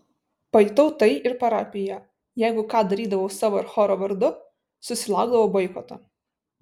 pajutau tai ir parapijoje jeigu ką darydavau savo ir choro vardu susilaukdavau boikoto